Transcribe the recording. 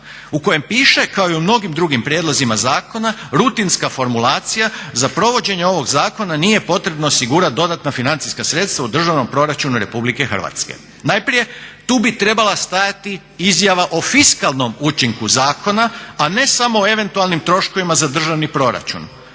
u kojem piše kao i u mnogim drugim prijedlozima zakona rutinska formulacija za provođenje ovog zakona nije potrebno osigurati dodatna financijska sredstva u Državnom proračunu RH. Najprije, tu bi trebala stajati izjava o fiskalnom učinku zakona, a ne samo o eventualnim troškovima za državni proračun.